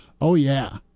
oh-yeah